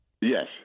Yes